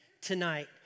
tonight